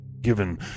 given